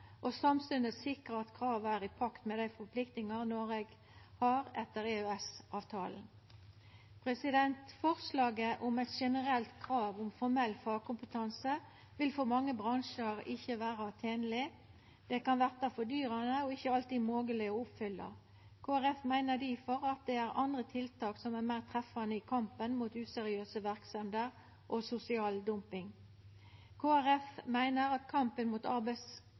og samstundes sikra at kravet er i pakt med dei forpliktingane Noreg har etter EØS-avtalen. Forslaget om eit generelt krav om formell fagkompetanse vil for mange bransjar ikkje vera tenleg. Det kan verta fordyrande og ikkje alltid mogleg å oppfylla. Kristeleg Folkeparti meiner difor at det er andre tiltak som er meir treffande i kampen mot useriøse verksemder og sosial dumping. Kristeleg Folkeparti meiner at kampen mot